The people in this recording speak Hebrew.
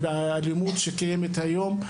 ובאלימות שקיימת היום,